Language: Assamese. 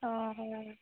অঁ হয়